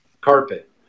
carpet